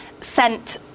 sent